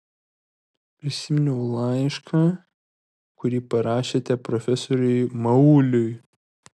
prisiminiau laišką kurį parašėte profesoriui mauliui